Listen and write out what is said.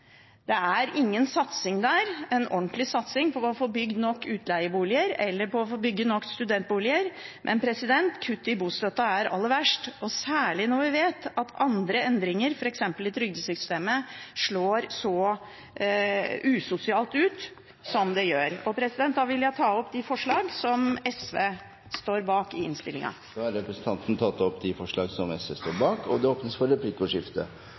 Det er ingen satsing der – en ordentlig satsing på å få bygd nok utleieboliger eller på å få bygd nok studentboliger – men kutt i bostøtten er aller verst. Særlig når vi vet at andre endringer, f.eks. i trygdesystemet, slår så usosialt ut som det gjør. Da vil jeg ta opp de forslag som SV står bak i innstillingen. Representanten Karin Andersen har tatt opp de forslag hun refererte til. Det blir replikkordskifte. Det virker som om SV